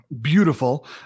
beautiful